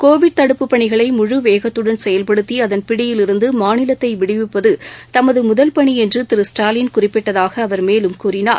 Covid தடுப்பு பணிகளை முழு வேகத்துடன் செயல்படுத்த அதன் பிடியிலிருந்து மாநிலத்தை விடுவிப்பது பணி என்று தனது முதல் திரு ஸ்டாலின் குறிப்பிட்டதாக அவர் மேலும் கூறினார்